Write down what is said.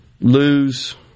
lose